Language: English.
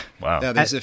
Wow